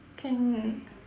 can